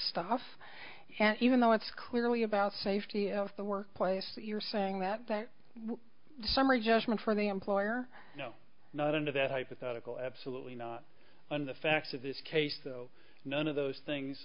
stuff and even though it's clearly about safety of the workplace that you're saying that that summary judgment from the employer not into that hypothetical absolutely not and the facts of this case though none of those things